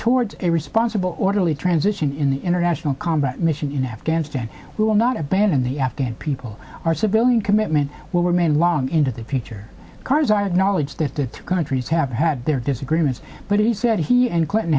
towards a responsible orderly transition in the international combat mission in afghanistan we will not abandon the afghan people our civilian commitment will remain long into the future cars i acknowledge that the two countries have had their disagreements but he said he and clinton